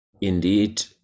indeed